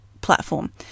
platform